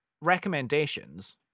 recommendations